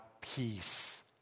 peace